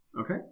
Okay